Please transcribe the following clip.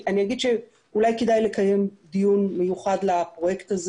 אני אומר שאולי כדאי לקיים דיון מיוחד לפרויקט הזה